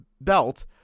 belt